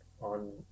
on